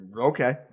Okay